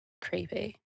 creepy